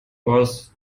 boss